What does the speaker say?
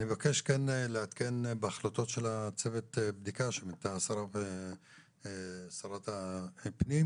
אני מבקש לעדכן בהחלטות של צוות הבדיקה שמינתה שרת הפנים,